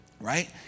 right